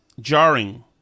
jarring